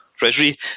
Treasury